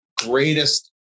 greatest